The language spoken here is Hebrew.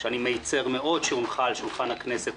שאי מצר מאד שהונחה על שולחן הכנסת,